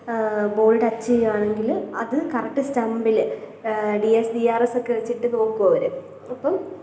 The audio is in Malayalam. ബോൾ ടച്ച് ചെയ്യുവാണെങ്കിൽ അത് കറക്റ്റ് സ്റ്റമ്പിൽ D S D R S ഒക്കെ വെച്ചിട്ട് നോക്കും അവർ അപ്പം